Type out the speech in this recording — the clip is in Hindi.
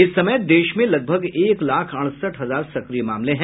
इस समय देश में लगभग एक लाख अड़सठ हजार सक्रिय मामले हैं